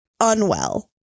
Unwell